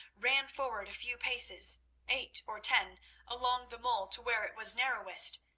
ran forward a few paces eight or ten along the mole to where it was narrowest,